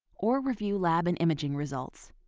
or review lab and imaging results.